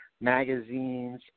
magazines